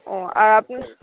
ও আর আপনার